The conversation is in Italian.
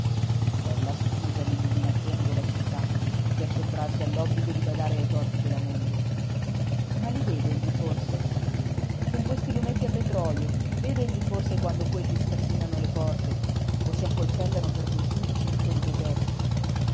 bella scusa l'illuminazione della città per sottrarsi all'obbligo di badare ai torti della moglie ma li vede egli forse con questi lumetti a petrolio vede egli forse quando quelli scassinano le porte o si accoltellano per quei sudici vicoli deserti